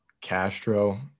Castro